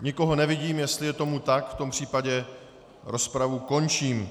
Nikoho nevidím, jestli je tomu tak, v tom případě rozpravu končím.